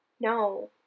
no